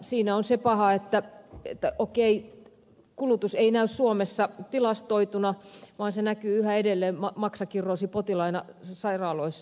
siinä on se paha että okei kulutus ei näy suomessa tilastoituna vaan se näkyy yhä edelleen maksakirroosipotilaina sairaaloissa